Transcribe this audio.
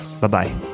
Bye-bye